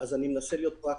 אז אני אנסה להיות פרקטי.